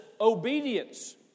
obedience